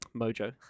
Mojo